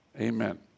Amen